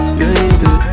baby